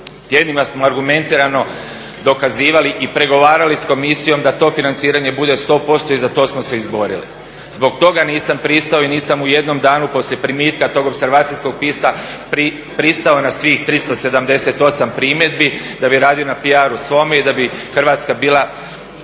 Tjednima smo argumentirano dokazivali i pregovarali s komisijom da to financiranje bude 100% i za to smo se izborili. Zbog toga nisam pristao i nisam u jednom danu poslije primitka tog opservacijskog pisma pristao na svih 378 primjedbi da bi radio na PR-u svome i da bi Hrvatska bila